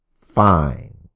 fine